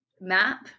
map